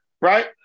right